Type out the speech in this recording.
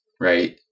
right